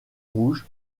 rouge